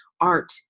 art